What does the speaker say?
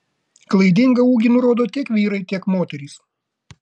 klaidingą ūgį nurodo tiek vyrai tiek moterys